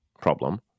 problem